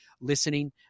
listening